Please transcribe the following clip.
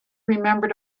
remember